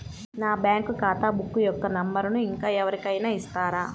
నా బ్యాంక్ ఖాతా బుక్ యొక్క నంబరును ఇంకా ఎవరి కైనా ఇస్తారా?